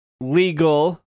legal